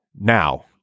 Now